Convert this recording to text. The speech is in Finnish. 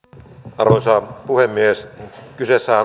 arvoisa puhemies kyseessähän